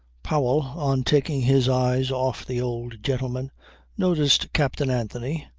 powell on taking his eyes off the old gentleman noticed captain anthony,